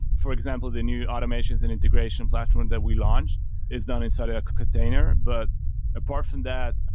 for example, the new automations and integration platforms that we launched is not inside a container. but apart from that,